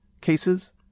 cases